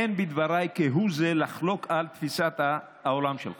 אין בדבריי כדי לחלוק כהוא זה על תפיסת העולם שלך.